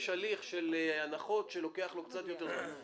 יש הליך של הנחות שלוקח קצת יותר זמן.